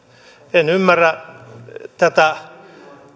en ymmärrä tätä